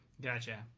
Gotcha